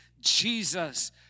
Jesus